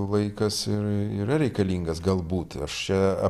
laikas ir yra reikalingas galbūt aš čia